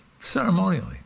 ceremonially